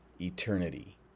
eternity